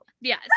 Yes